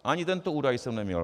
Ani tento údaj jsem neměl.